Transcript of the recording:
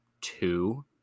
two